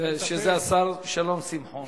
שזה השר שלום שמחון.